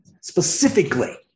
specifically